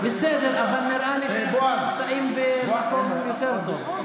נראה לי שאתם נמצאים במקום יותר טוב.